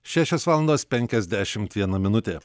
šešios valandos penkiasdešimt viena minutė